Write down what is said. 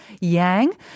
Yang